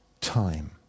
time